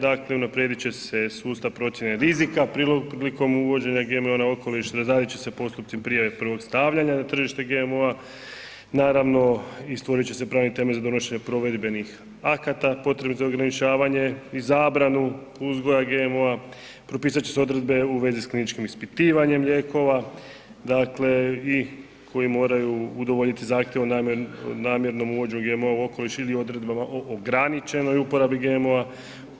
Dakle unaprijediti će se sustav procjene rizika prilikom uvođenja GMO-a na okoliš, razraditi će se postupci prijave prvog stavljanja na tržište GMO-a, naravno i stvoriti će se pravni temelj za donošenje provedbenih akata potrebnih za ograničavanje i zabranu uzgoja GMO-a, propisati će se odredbe u vezi sa kliničkim ispitivanjem lijekova, dakle i koji moraju udovoljiti zahtjevu namjernom uvođenju GMO-a u okoliš ili odredbama o ograničenoj uporabi GMO-a.